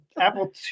Apple